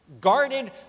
guarded